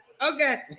okay